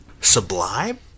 Sublime